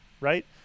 right